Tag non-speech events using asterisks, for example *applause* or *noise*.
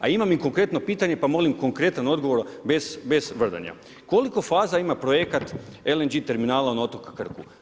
A imam i konkretno pitanje, pa molim konkretan odgovor, bez … *unintelligible* koliko faza ima projekta LNG terminala na otoku Krku?